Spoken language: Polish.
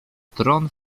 tron